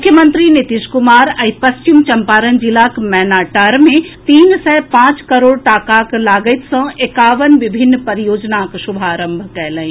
मुख्यमंत्री नीतीश कुमार आइ पश्चिम चम्पारण जिलाक मैनाटांड मे तीन सय पांच करोड़ टाकाक लागति सँ एकावन विभिन्न परियोजनाक शुभारंभ कयलनि